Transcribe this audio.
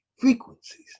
frequencies